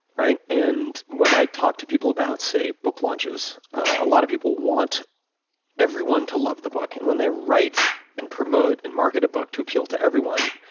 right? and when i talk to people about, say book launches, a lot of people want everyone to love the book and when they write and promote and market a book to appeal to everyone,